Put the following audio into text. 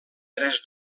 tres